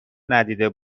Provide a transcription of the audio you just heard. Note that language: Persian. ندیده